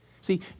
See